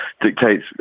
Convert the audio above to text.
dictates